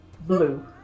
blue